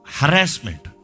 harassment